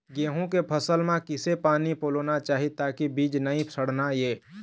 गेहूं के फसल म किसे पानी पलोना चाही ताकि बीज नई सड़ना ये?